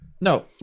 No